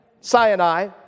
Sinai